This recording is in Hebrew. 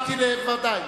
שמתי לב, ודאי.